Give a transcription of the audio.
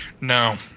No